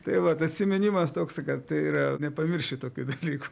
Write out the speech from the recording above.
tai vat atsiminimas toks kad tai yra nepamirši tokių dalykų